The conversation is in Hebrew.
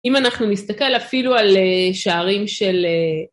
אם אנחנו נסתכל אפילו על שערים של...